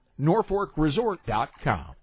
NorfolkResort.com